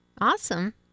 Awesome